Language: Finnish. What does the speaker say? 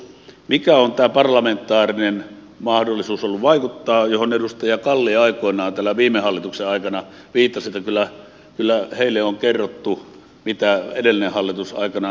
mikä on ollut tämä parlamentaarinen mahdollisuus vaikuttaa johon edustaja kalli aikoinaan täällä viime hallituksen aikana viittasi että kyllä heille on kerrottu mitä edellinen hallitus aikanaan ekp teki